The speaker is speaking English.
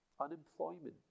unemployment